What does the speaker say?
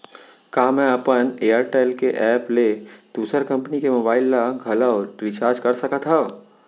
का मैं अपन एयरटेल के एप ले दूसर कंपनी के मोबाइल ला घलव रिचार्ज कर सकत हव?